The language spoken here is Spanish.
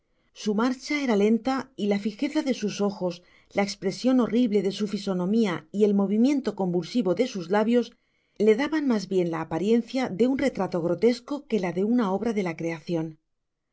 su marcha era lenta y la fijeza de sus ojos la espresion horrible de su fisonomia y el movimiento convulsivo de sus labios le daban mas bien la apariencia de un retrato grotesco que la de una obra de la creacion